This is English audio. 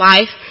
Life